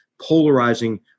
polarizing